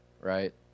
right